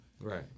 Right